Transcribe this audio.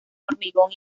hormigón